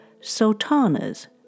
sultanas